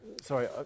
Sorry